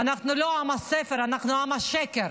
אנחנו לא עם הספר, אנחנו עם השקר.